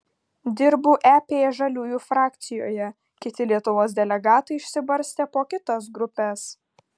dirbu ep žaliųjų frakcijoje kiti lietuvos delegatai išsibarstę po kitas grupes